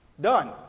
done